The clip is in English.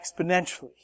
exponentially